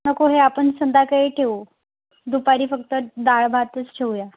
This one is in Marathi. नको हे आपण संध्याकाळी ठेवू दुपारी फक्त डाळ भातच ठेवूया